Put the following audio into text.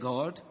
God